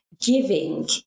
giving